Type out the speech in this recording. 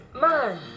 Man